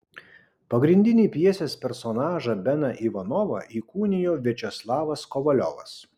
pagrindinį pjesės personažą beną ivanovą įkūnijo viačeslavas kovaliovas